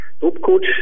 Topcoach